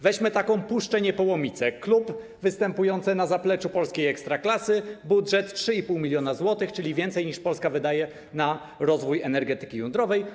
Weźmy taką Puszczę Niepołomice, klub występujący na zapleczu polskiej ekstraklasy - budżet wynosi 3,5 mln zł, czyli więcej niż Polska wydaje na rozwój energetyki jądrowej.